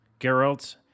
Geralt